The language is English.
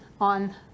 on